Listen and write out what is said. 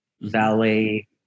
valet